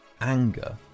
anger